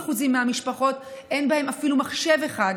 ל-50% מהמשפחות אין אפילו מחשב אחד.